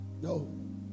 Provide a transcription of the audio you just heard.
No